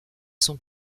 son